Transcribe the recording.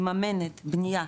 מממנת את בנייה,